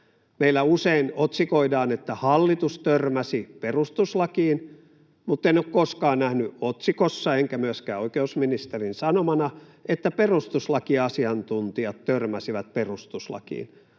Meillä usein otsikoidaan, että hallitus törmäsi perustuslakiin, mutta en ole koskaan nähnyt otsikossa enkä myöskään oikeusministerin sanomana, että perustuslakiasiantuntijat törmäsivät perustuslakiin,